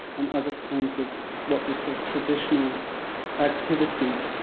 and other kinds of what they call traditional activities.